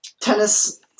Tennis